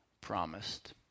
promised